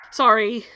sorry